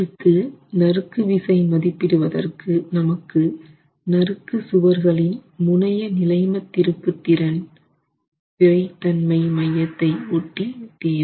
அடுத்து நறுக்கு விசை மதிப்பிடுவதற்கு நமக்கு நறுக்கு சுவர்களின் முனையநிலைமத் திருப்புத்திறன் விறைத்தன்மை மையத்தை ஒட்டி தேவை